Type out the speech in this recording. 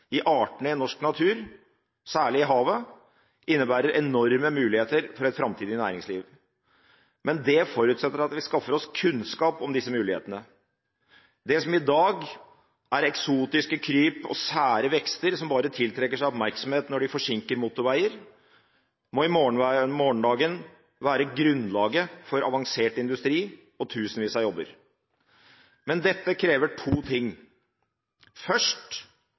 i artene i norsk natur, særlig i havet, innebærer enorme muligheter for et framtidig næringsliv. Men det forutsetter at vi skaffer oss kunnskap om disse mulighetene. Det som i dag er eksotiske kryp og sære vekster som bare tiltrekker seg oppmerksomhet når de forsinker motorveier, må i morgendagen være grunnlaget for avansert industri og tusenvis av jobber. Men dette forutsetter to ting: